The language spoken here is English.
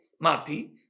Mati